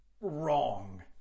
Wrong